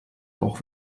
auch